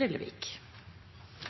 denne